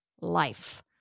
life